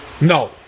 No